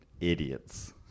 idiots